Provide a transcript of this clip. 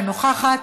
אינה נוכחת,